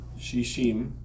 Shishim